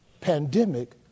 pandemic